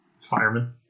fireman